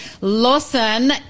Lawson